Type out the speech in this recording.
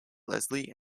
leslie